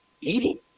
eating